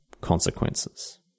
consequences